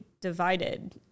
divided